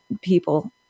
people